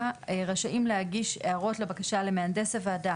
רשאים להגיש הערות לבקשה למהנדס הוועדה